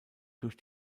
durch